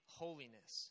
holiness